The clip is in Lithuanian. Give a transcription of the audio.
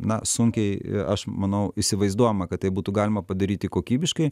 na sunkiai aš manau įsivaizduojama kad tai būtų galima padaryti kokybiškai